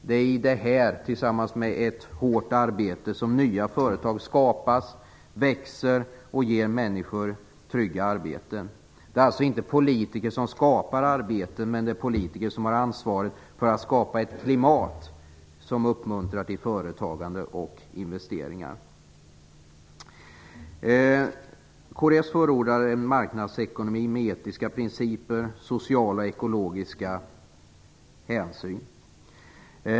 Det är i detta, tillsammans med ett hårt arbete, som nya företag skapas, växer och ger människor trygga arbeten. Det är alltså inte politiker som skapar arbeten, men det är politiker som har ansvaret för att ett klimat skapas som uppmuntrar till företagande och investeringar. Vi i kds förordar en marknadsekonomi med etiska principer samt sociala och ekologiska hänsyn.